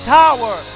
tower